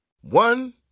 one